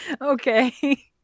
Okay